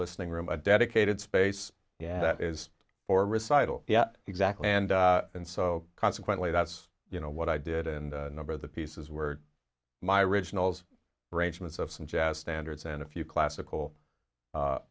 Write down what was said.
listening room a dedicated space yeah that is for recitals yeah exactly and and so consequently that's you know what i did and number of the pieces were my originals grangemouth of some jazz standards and a few classical